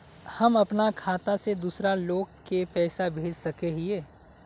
हम अपना खाता से दूसरा लोग के पैसा भेज सके हिये?